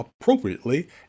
appropriately